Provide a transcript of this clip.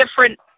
different